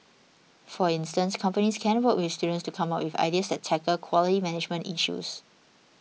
for instance companies can work with students to come up with ideas that tackle quality management issues